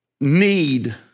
need